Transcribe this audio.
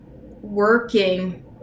working